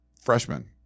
freshman